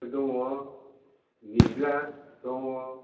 दङ निज्ला दङ